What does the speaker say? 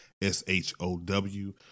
S-H-O-W